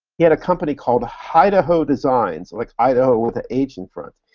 he had a company called hidaho designs, like idaho with an h in front,